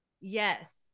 Yes